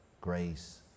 grace